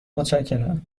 متشکرم